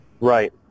Right